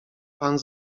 pan